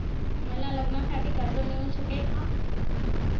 मला लग्नासाठी कर्ज मिळू शकेल का?